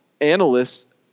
analysts